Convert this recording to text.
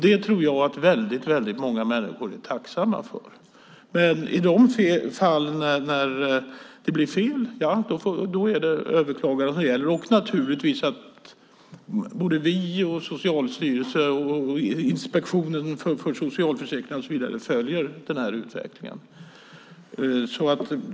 Det tror jag att många människor är tacksamma för. Men i de fall då det blir fel är det överklagande som gäller. Naturligtvis följer Socialstyrelsen, Inspektionen för socialförsäkringen och så vidare denna utveckling.